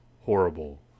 horrible